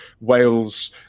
Wales